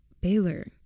Baylor